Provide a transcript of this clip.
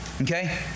okay